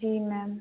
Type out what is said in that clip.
जी ma'am